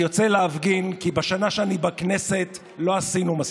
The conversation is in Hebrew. אני יוצא להפגין כי בשנה שאני בכנסת לא עשינו מספיק,